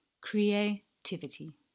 creativity